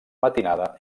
matinada